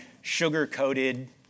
sugar-coated